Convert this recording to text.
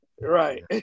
Right